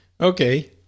Okay